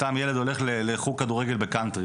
אם סתם ילד הולך לחוג כדורגל בקאנטרי,